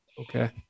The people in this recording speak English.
Okay